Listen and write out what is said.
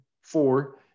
four